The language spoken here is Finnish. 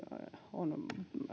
on